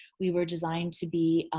we were designed to be